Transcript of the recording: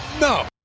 No